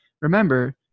Remember